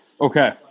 Okay